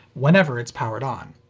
whenever it's powered on.